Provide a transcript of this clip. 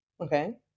Okay